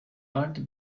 earth